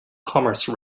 commerce